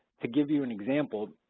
to give you an example,